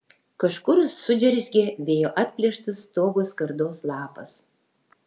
kažkur sudžeržgė vėjo atplėštas stogo skardos lapas